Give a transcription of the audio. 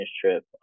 trip